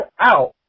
out